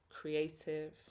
creative